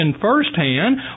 firsthand